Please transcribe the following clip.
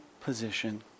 position